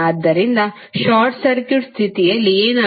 ಆದ್ದರಿಂದ short circuit ಸ್ಥಿತಿಯಲ್ಲಿ ಏನಾಗುತ್ತದೆ